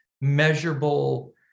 measurable